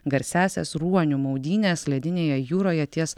garsiąsias ruonių maudynes ledinėje jūroje ties